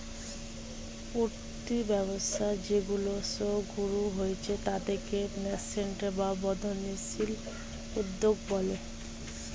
উঠতি ব্যবসা যেইগুলো সদ্য শুরু হয়েছে তাদেরকে ন্যাসেন্ট বা বর্ধনশীল উদ্যোগ বলে